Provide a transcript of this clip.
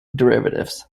derivatives